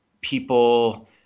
people